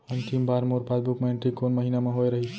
अंतिम बार मोर पासबुक मा एंट्री कोन महीना म होय रहिस?